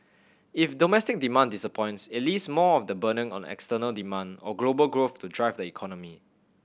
if domestic demand disappoints it leaves more of the burden on external demand or global growth to drive the economy